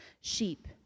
sheep